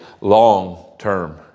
long-term